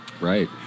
right